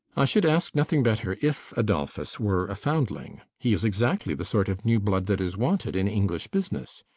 i should ask nothing better if adolphus were a foundling. he is exactly the sort of new blood that is wanted in english business.